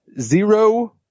Zero